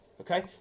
Okay